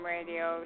Radio